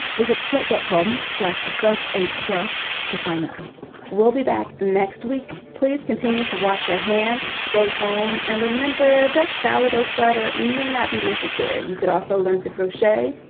visit slate, dot com slash first aid plus to sign up we'll be back next week. please continue to wash your hands. stay home. and remember that salvado starter may not be necessary. you could also learn to crochet.